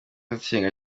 nsenga